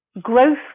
growth